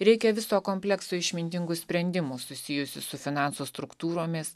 reikia viso komplekso išmintingų sprendimų susijusių su finansų struktūromis